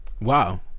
Wow